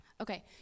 Okay